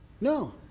No